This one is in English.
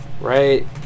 Right